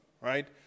right